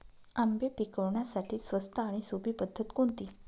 आंबे पिकवण्यासाठी स्वस्त आणि सोपी पद्धत कोणती?